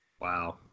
Wow